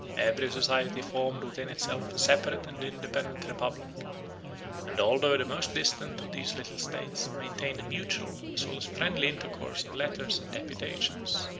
every society formed within itself a separate and independent republic and although the most distant of these little states maintained a mutual as well as friendly intercourse of letters and deputations,